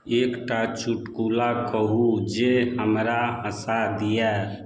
एकटा चुटकुला कहूँ जे हमरा हँसा दिअ